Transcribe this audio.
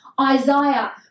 Isaiah